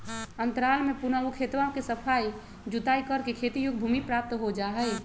अंतराल में पुनः ऊ खेतवा के सफाई जुताई करके खेती योग्य भूमि प्राप्त हो जाहई